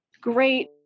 great